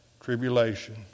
tribulation